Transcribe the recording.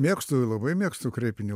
mėgstu labai mėgstu kreipinį